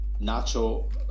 Nacho